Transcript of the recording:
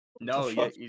No